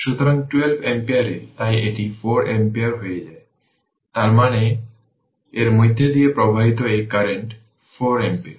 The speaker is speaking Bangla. সুতরাং 12 অ্যাম্পিয়ারে তাই এটি 4 অ্যাম্পিয়ার হয়ে যায় তার মানে এর মধ্য দিয়ে প্রবাহিত এই কারেন্ট 4 অ্যাম্পিয়ার